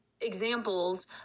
examples